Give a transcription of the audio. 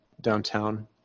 downtown